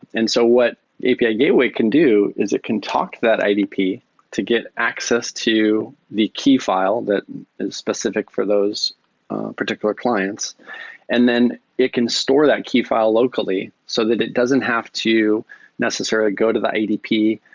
and so what api ah gateway can do is it can talk that idp to get access to the key file that is specific for those particular clients and then it can store that key file locally so that it doesn't have to necessarily go to the idp.